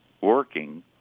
working